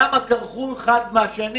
למה כרכו אחד בשני?